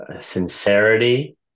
sincerity